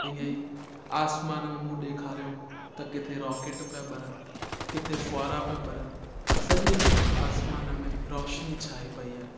ईअंई आसमान में मूं ॾेखारियो त किथे रॉकेट पिया ॿड़न किथे फुवारा पिया ॿड़न सॼे हंधि आसमान में रोशनी छाई पई आहे